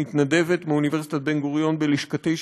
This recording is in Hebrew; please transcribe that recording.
מתנדבת מאוניברסיטת בן-גוריון בלשכתי,